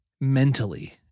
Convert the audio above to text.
mentally